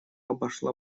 обошла